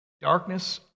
darkness